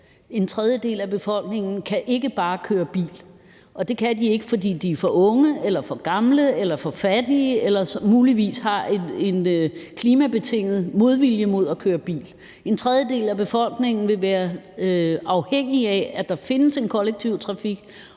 En tredjedel af befolkningen kan ikke bare køre bil, og det kan de ikke, fordi de er for unge eller for gamle eller for fattige eller muligvis har en klimabetinget modvilje mod at køre bil. En tredjedel af befolkningen vil være afhængige af, at der findes en kollektiv trafik,